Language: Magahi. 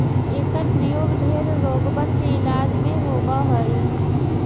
एकर प्रयोग ढेर रोगबन के इलाज में होब हई